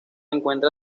encuentra